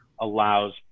allows